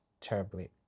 terribly